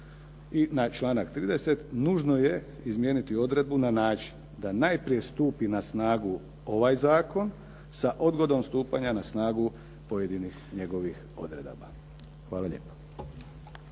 I na članak 30., nužno je izmijeniti odredbu na način da najprije stupi na snagu ovaj zakon sa odgodom stupanja na snagu pojedinih njegovih odredaba. Hvala lijepo.